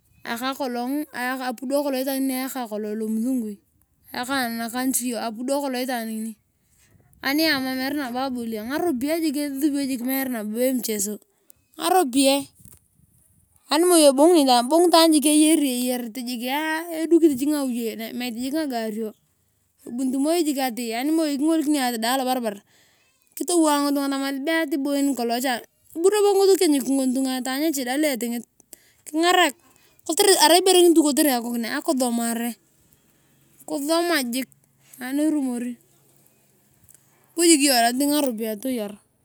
Ayaka kolong apudo itwaanoi ngini aeka lomusungui ayaka nacontri apudo kolong itaan ngirii. Arii ama meere nabo abolia ngaropiya jik esubuio mere babo emshezo ngaropiyae animoi ebonguni itaan tobong jiik eyanit jik edukit jik ngawiyei. egielet jik ngaganio arimkoi kitgolikinio alobarban kitowei ngitunga tamasin be atii boo en nikolong cha. Bu robo tokienyik ngukon tunga taany eshida lo estingut kitigarak kotere arai ibore ngiri arai akisomare. Kusoma jiik ani animori bu yong jik toting ngaropiyae toyar.